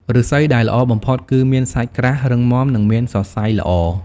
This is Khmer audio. ឫស្សីដែលល្អបំផុតគឺមានសាច់ក្រាស់ រឹងមាំ និងមានសរសៃល្អ។